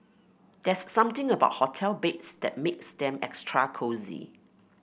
there's something about hotel beds that makes them extra cosy